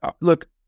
look